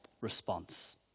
response